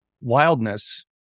wildness